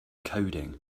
coding